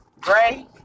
Gray